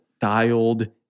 dialed